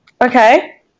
okay